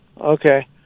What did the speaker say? Okay